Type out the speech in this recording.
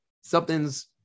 something's